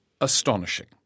astonishing